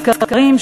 סקרים,